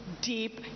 deep